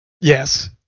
Yes